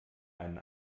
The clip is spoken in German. einen